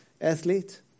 Athlete